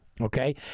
Okay